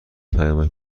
پیامک